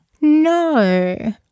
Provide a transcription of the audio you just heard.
No